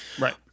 right